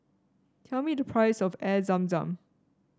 tell me the price of Air Zam Zam